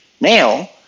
Now